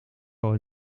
wel